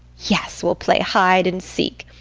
yes, we'll play hide and seek.